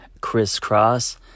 crisscross